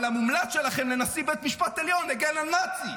אבל המומלץ שלכם לנשיא בית המשפט העליון הגן על נאצי.